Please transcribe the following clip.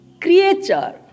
creature